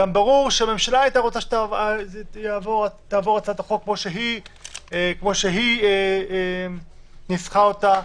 ברור שהממשלה גם הייתה רוצה שתעבור הצעת החוק כמו שהיא ניסחה אותה,